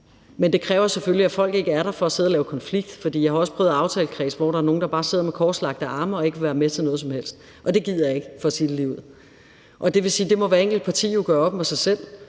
men det kræver selvfølgelig, at folk ikke er der for at sidde og lave konflikt. Jeg har også prøvet og være i en aftalekreds, hvor der er nogle, der bare sidder med korslagte arme og ikke vil være med til noget som helst. Det gider jeg ikke, for at sige det ligeud. Og det vil sige, at det må hvert enkelt parti jo gøre op med sig selv.